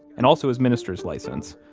and also his minister's license,